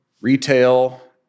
retail